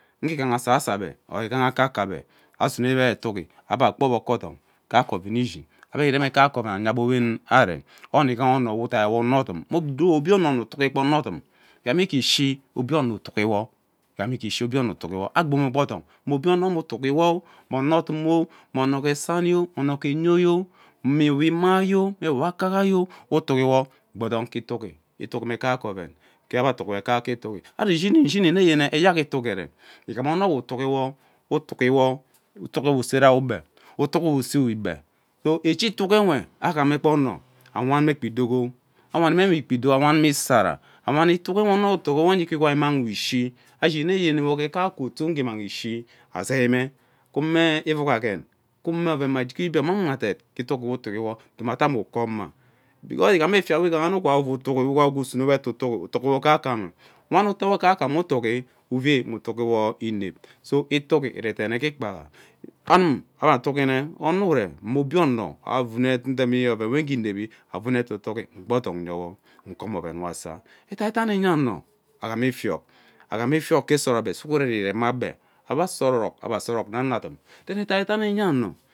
Ngee ighaha akaka ebe or asaso ebe asune be etigi ebe kpo ogbog ke odonng kaeke oven ishi ebe ireme kaeke oven enye aboree ono ighaha ono we udaiwo onodum thu obie ono unu tigi kpaa onodum ighaha ike ishi obie ono utigi wo igham ike ishi obie utitigi agbong kpe odong me obie ono me utigi wo, mo onodum me utigi wo, ono gee sani iyo, ono gee onyoyo mme we imayo mme we akayio utigi wo gbo odong ke itigi itigi me kaeke oven ke ebe atigiwo kaeke oven ke ebe atigiwo kaeke itigi ano ishini nne yene eyak itigi iree ighama ono we itigi wo itigi wo use rai ube, utigi usei gee ebee so echi itigi we augha mme kpa ono awanme kpa idogo iwani mme kpa idogo awane gbaa isara awen itigi nwe ono we nwe ono nwe itigi wo ngee ike igwai immang wo gba ishi ashini nne wo gee kaeke otuo ugee immang ishi isei mme kume ivug agen kume oven kwaa ibia mamee adat ke ituk we utuk wo do me ete amie koma beemgos efin we ighahane ituki usune wo etitigi utuk wo kaeke eme utugi uvei nnwe utigi inep so utigi iredeeme ge ikpaha amm ebe atugine mom obie ono avene iremi oven we gee inevi avuu ne etigigi nn gbodong nyewo nkom oven we asa ededane enya ano agham agham ifiok agham ifiok ke sora ebe sughurem iree muma ebe ebe saa orok mme anadum then edaidan enya ano.